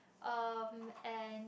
um and